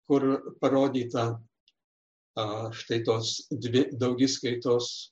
kur parodyta štai tos dvi daugiskaitos